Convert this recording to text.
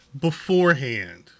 beforehand